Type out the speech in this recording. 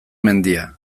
mendia